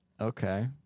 Okay